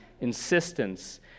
insistence